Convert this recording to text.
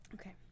Okay